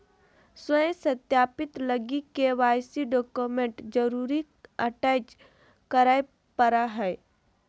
स्व सत्यापित लगी के.वाई.सी डॉक्यूमेंट जरुर अटेच कराय परा हइ